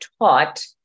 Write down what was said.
taught